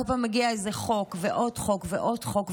בכל פעם מגיע איזה חוק ועוד חוק ועוד חוק,